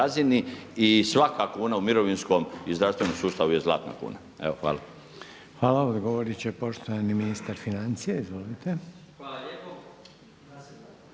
i svaka kuna u mirovinskom i zdravstvenom sustavu je zlatna kuna. Evo hvala. **Reiner, Željko (HDZ)** Hvala. Odgovorit će poštovani ministar financija. Izvolite. **Marić,